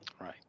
Right